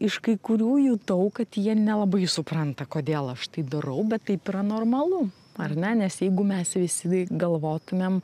iš kai kurių jutau kad jie nelabai supranta kodėl aš tai darau bet taip yra normalu ar ne nes jeigu mes visi galvotumėm